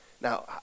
Now